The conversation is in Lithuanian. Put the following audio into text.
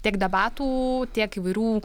tiek debatų tiek įvairių